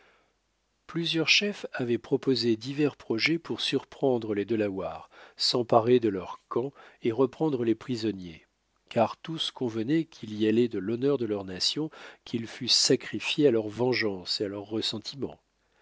plusieurs chefs avaient proposé divers projets pour surprendre les delawares s'emparer de leur camp et reprendre les prisonniers car tous convenaient qu'il y allait de l'honneur de leur nation qu'ils fussent sacrifiés à leur vengeance et à leur ressentiment